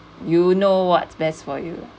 you know what's best for you